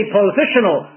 positional